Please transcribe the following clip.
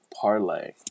parlay